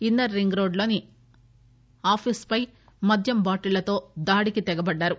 ఇన్న ర్రింగ్ రోడ్లోని ఆఫీస్పై మద్యం బాటిళ్ళతో దాడికి తెగపడ్డారు